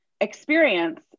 experience